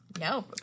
No